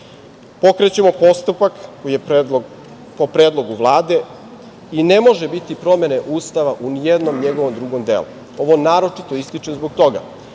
Ustava. Pokrećemo postupak po predlogu Vlade i ne može biti promene Ustava u nijednom njegovom drugom delu. Ovo naročito ističem zbog toga